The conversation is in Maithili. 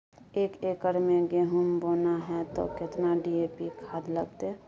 एक एकर खेत मे गहुम बोना है त केतना डी.ए.पी खाद लगतै?